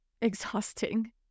exhausting